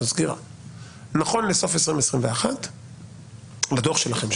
נכון לדו"ח שלכם,